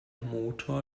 motor